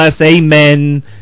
amen